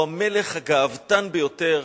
הוא המלך הגאוותן ביותר,